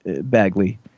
Bagley